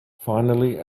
finally